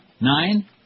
nine